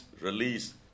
release